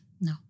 No